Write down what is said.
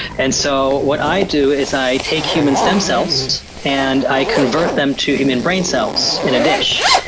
and so, what i do is i take human stem cells and i convert them to human brain cells in a dish.